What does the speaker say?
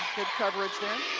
good coverage there.